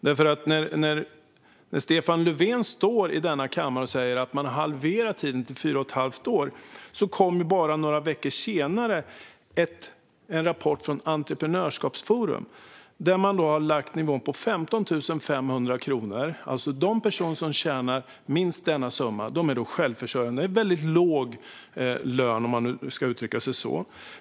När Stefan Löfven i denna kammare säger att man har halverat tiden till fyra och ett halvt år kommer bara ett par veckor senare en rapport från Entreprenörskapsforum där man har lagt nivån på 15 500 kronor. De personer som tjänar minst denna summa är självförsörjande. Det är en mycket låg lön.